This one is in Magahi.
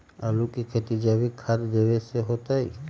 आलु के खेती जैविक खाध देवे से होतई?